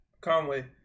Conway